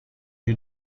you